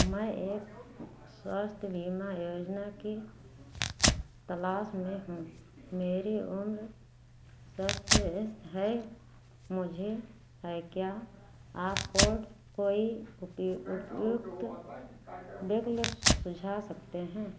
मैं एक स्वास्थ्य बीमा योजना की तलाश में हूँ मेरी उम्र सत्त इस्त है और मुझे है क्या आप कोर्ड कोई उप उपयुक्त विकल्प सुझा सकते हैं